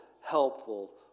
helpful